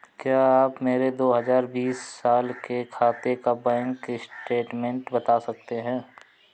क्या आप मेरे दो हजार बीस साल के खाते का बैंक स्टेटमेंट बता सकते हैं?